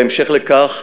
בהמשך לכך,